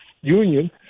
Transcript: Union